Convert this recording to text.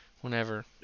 whenever